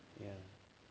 ya